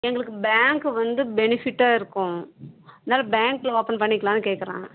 எங்களுக்கு பேங்க் வந்து பெனிஃபிட்டாக இருக்கும் அதனால பேங்க்கில் ஓப்பன் பண்ணிக்கலாம்னு கேட்குறேன்